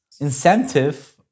incentive